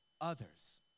others